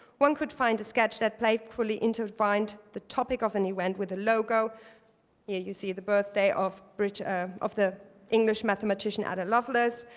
one could find a sketch that playfully intertwined the topic of an event with a logo. here you see the birthday of of the english mathematician ada lovelace.